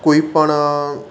કોઇપણ